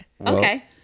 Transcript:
Okay